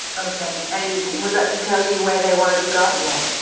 okay, and was that to tell you where they wanted to go? yeah